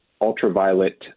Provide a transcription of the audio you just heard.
ultraviolet